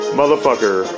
motherfucker